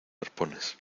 arpones